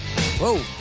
Whoa